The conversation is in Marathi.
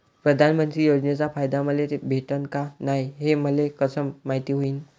प्रधानमंत्री योजनेचा फायदा मले भेटनं का नाय, हे मले कस मायती होईन?